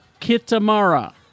Kitamara